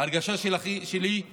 ההרגשה שלי היא